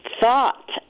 thought